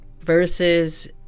versus